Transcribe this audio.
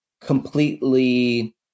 completely